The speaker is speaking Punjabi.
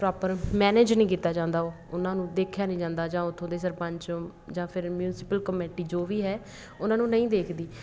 ਪ੍ਰੋਪਰ ਮੈਨੇਜ ਨਹੀਂ ਕੀਤਾ ਜਾਂਦਾ ਉਹ ਉਹਨਾਂ ਨੂੰ ਦੇਖਿਆ ਨਹੀਂ ਜਾਂਦਾ ਜਾਂ ਉੱਥੋਂ ਦੇ ਸਰਪੰਚ ਜਾਂ ਫਿਰ ਮਿਊਂਸੀਪਲ ਕਮੇਟੀ ਜੋ ਵੀ ਹੈ ਉਹਨਾਂ ਨੂੰ ਨਹੀਂ ਦੇਖਦੀ